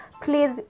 please